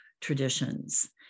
traditions